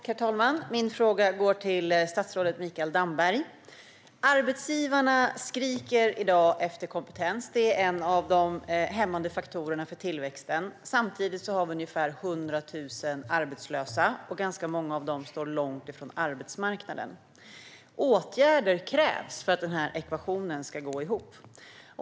Herr talman! Min fråga går till statsrådet Mikael Damberg. Arbetsgivarna skriker i dag efter kompetens. Det är en av de hämmande faktorerna för tillväxten. Samtidigt är ungefär 100 000 arbetslösa, och ganska många av dem står långt ifrån arbetsmarknaden. Det krävs åtgärder för att den ekvationen ska gå ihop.